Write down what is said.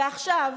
ועכשיו,